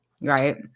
Right